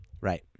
Right